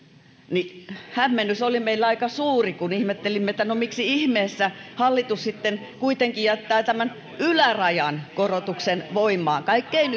niin hämmennys oli meillä aika suuri kun ihmettelimme että no miksi ihmeessä hallitus sitten kuitenkin jättää tämän ylärajan korotuksen voimaan kaikkein